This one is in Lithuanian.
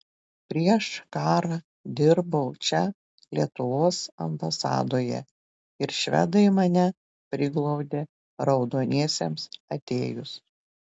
prieš karą dirbau čia lietuvos ambasadoje ir švedai mane priglaudė raudoniesiems atėjus